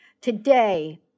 Today